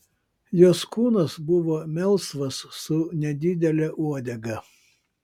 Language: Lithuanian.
jos kūnas buvo melsvas su nedidele uodega